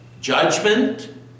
judgment